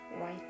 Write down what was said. right